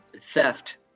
theft